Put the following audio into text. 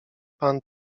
pan